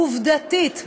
עובדתית,